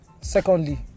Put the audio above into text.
secondly